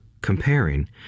comparing